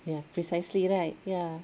ya precisely right ya